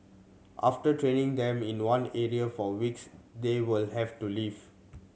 after training them in one area for weeks they will have to leave